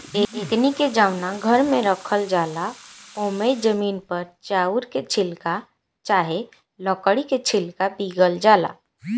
एकनी के जवना घर में राखल जाला ओमे जमीन पर चाउर के छिलका चाहे लकड़ी के छिलका बीगल जाला